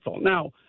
Now